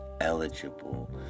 eligible